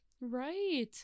right